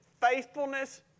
faithfulness